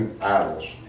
idols